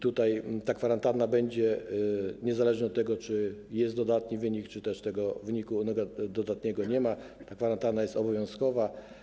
Tutaj ta kwarantanna będzie niezależnie od tego, czy jest wynik dodatni, czy też tego wyniku dodatniego nie ma, ta kwarantanna jest obowiązkowa.